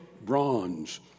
bronze